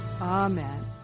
Amen